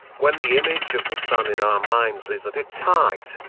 when the image of the sun in our minds is at its height,